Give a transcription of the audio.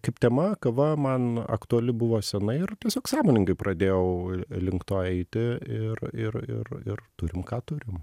kaip tema kava man aktuali buvo senai ir tiesiog sąmoningai pradėjau link to eiti ir ir ir ir turim ką turim